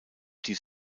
dies